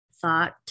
thought